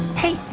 hey,